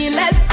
let